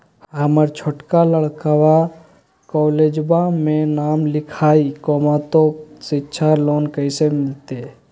हमर छोटका लड़कवा कोलेजवा मे नाम लिखाई, तो सिच्छा लोन कैसे मिलते?